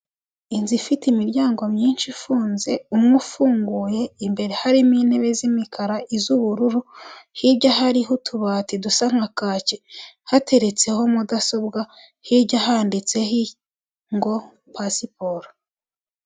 Inzu ifite imiryango myinshi ifunze umwe ufunguye, imbere harimo intebe z'imikara iz'ubururu hirya ahari utubati dusa nkake hateretseho mudasobwa hirya handitseho ngo pasiporo.